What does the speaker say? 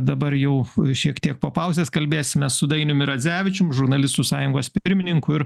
dabar jau šiek tiek po pauzės kalbėsimės su dainiumi radzevičiumi žurnalistų sąjungos pirmininku ir